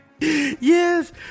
Yes